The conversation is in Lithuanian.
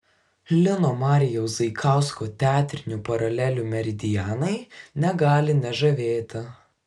lino marijaus zaikausko teatrinių paralelių meridianai negali nežavėti